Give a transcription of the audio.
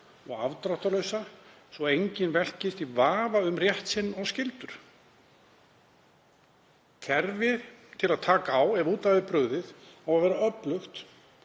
að þessu leyti svo enginn velkist í vafa um rétt sinn og skyldur. Kerfið til að taka á því ef út af er brugðið á að vera öflugt